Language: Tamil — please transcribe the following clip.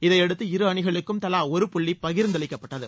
இதையடுத்து இரு அணிகளுக்கும் தலா ஒரு புள்ளி பகிர்ந்தளிக்கப்பட்டது